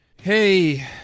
hey